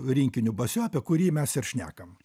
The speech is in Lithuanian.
rinkiniu basio apie kurį mes ir šnekam